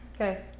Okay